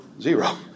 Zero